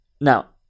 Now